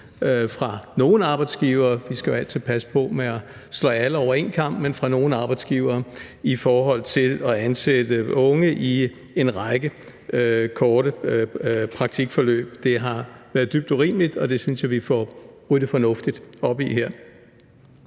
fra nogle arbejdsgiveres side i forhold til at ansætte unge i en række korte praktikforløb. Det har været dybt urimeligt, og det synes jeg vi får ryddet fornuftigt op i her.